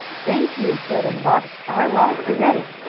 thank you, brother fox i won't forget it.